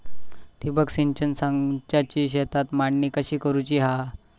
ठिबक सिंचन संचाची शेतात मांडणी कशी करुची हा?